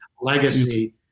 legacy